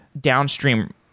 downstream